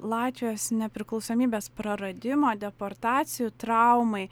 latvijos nepriklausomybės praradimo deportacijų traumai